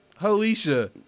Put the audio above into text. Hoisha